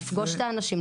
לפגוש את האנשים,